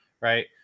right